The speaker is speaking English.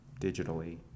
digitally